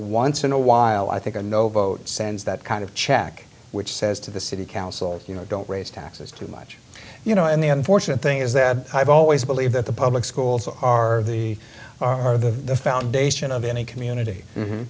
once in a while i think a no vote sends that kind of check which says to the city council you know don't raise taxes too much you know and the unfortunate thing is that i've always believed that the public schools are the are the foundation of any community